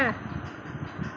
न